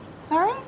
Sorry